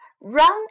Run